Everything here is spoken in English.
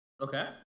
Okay